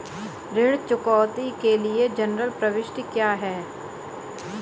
ऋण चुकौती के लिए जनरल प्रविष्टि क्या है?